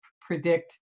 predict